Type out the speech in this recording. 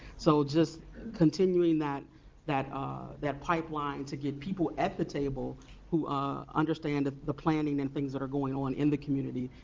so just continuing that that pipeline to get people at the table who understand ah the planning and things that are going on in the community.